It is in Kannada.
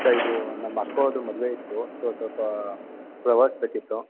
ಸರ್ ಇದು ನಮ್ಮ ಅಕ್ಕೋರದು ಮದುವೆ ಇತ್ತು ಸೋ ಸ್ವಲ್ಪಾ ಫ್ಲವರ್ಸ್ ಬೇಕಿತ್ತು